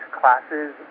classes